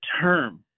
term